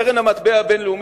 קרן המטבע הבין-לאומית,